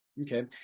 Okay